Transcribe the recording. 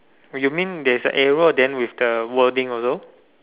you mean there's a arrow then with the wording also